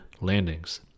landings